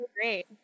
great